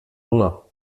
hunger